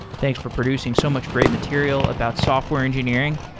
thanks for producing so much great material about software engineering.